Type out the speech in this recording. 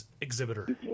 exhibitor